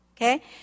okay